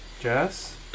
Jess